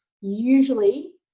usually